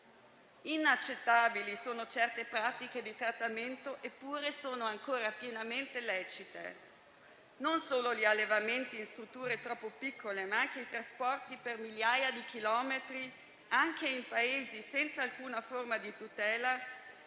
Inaccettabili sono certe pratiche di trattamento, eppure ancora pienamente lecite. Non solo gli allevamenti in strutture troppo piccole, ma anche i trasporti per migliaia di chilometri anche in Paesi senza alcuna forma di tutela,